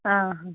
ಹಾಂ